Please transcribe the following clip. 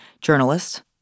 journalist